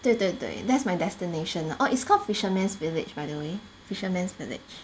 对对对 that's my destination orh it's called fisherman's village by the way fisherman's village